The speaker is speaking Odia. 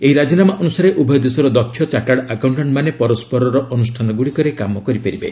ଏହି ରାଜିନାମା ଅନୁସାରେ ଉଭୟ ଦେଶର ଦକ୍ଷ ଚାଟାର୍ଡ ଆକାଉଣ୍ଟାଣ୍ଟମାନେ ପରସ୍କରର ଅନୁଷ୍ଠାନ ଗୁଡ଼ିକରେ କାମ କରିପାରିବେ